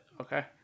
Okay